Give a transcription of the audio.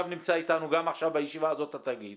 גם בישיבה הזאת נמצא איתנו התאגיד.